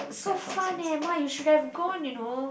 so fun eh ma you should have gone you know